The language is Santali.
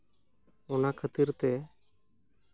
ᱚᱱᱟ ᱠᱷᱟᱹᱛᱤᱨ ᱛᱮ